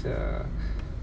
eh